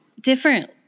different